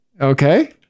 Okay